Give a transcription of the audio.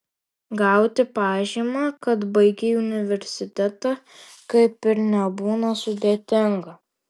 gauti pažymą kad baigei universitetą kaip ir nebūna sudėtinga